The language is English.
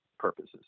Purposes